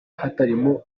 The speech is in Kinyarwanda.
hatarimo